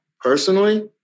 personally